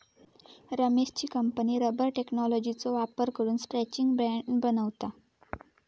रमेशची company rubber टेक्नॉलॉजीचो वापर करून स्ट्रैचिंग बँड बनवता